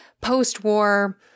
post-war